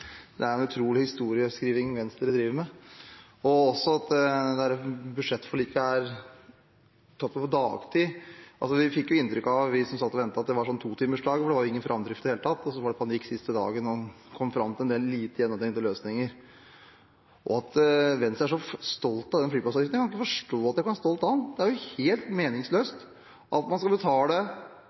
Det er en utrolig historieskrivning Venstre driver med, og også at budsjettforliket er tatt på dagtid. Vi fikk inntrykk av, vi som satt og ventet, at det var en totimers dag, for det var ingen framdrift i det hele tatt, og så var det panikk den siste dagen der en kom fram til en del lite gjennomtenkte løsninger. Venstre er stolt av flyseteavgiften. Jeg kan ikke forstå at man kan være stolt av den. Det er jo helt meningsløst at man skal betale